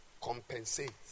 compensate